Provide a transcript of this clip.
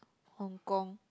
Hong-Kong